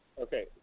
Okay